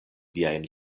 viajn